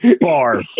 bar